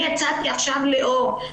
הצעתי עכשיו לאור.